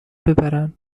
ببرن